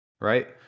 right